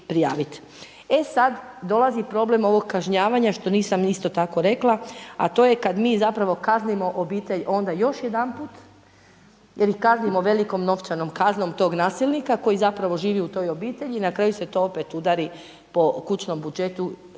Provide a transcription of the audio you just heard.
E sada dolazi problem ovog kažnjavanja što nisam isto tako rekla, a to je kada mi kaznimo obitelj onda još jedanput jer ih kaznimo velikom novčanom kaznom tog nasilnika koji živi u toj obitelji i na kraju se to opet udari po kućnom budžetu